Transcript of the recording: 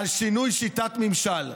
על שינוי שיטת ממשל.